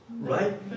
right